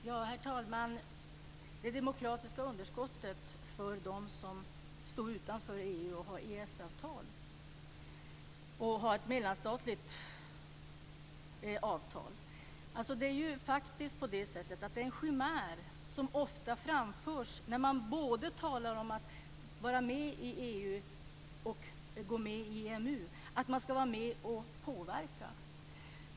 Herr talman! När det gäller det demokratiska underskottet för dem som står utanför EU och har EES avtal och ett mellanstatligt avtal är en chimär som ofta framförs när man talar om att både vara med i EU och om att gå med i EMU att man ska vara med och påverka.